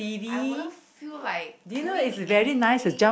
I wouldn't feel like doing anything